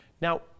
Now